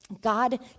God